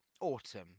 autumn